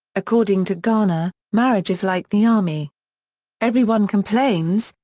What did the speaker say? according to garner, marriage is like the army everyone complains,